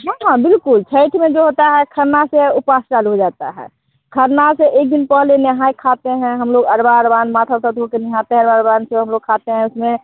हाँ हाँ बिल्कुल छत्त में जो होता है खरना से उपास चालू हो जाता है खरना से एक दिन पहले नेहाय खाते हैं हम लोग अरबा अरबान माथा उथा धो के निहाते हैं अरबा अरबान को हम लोग खाते हैं उसमें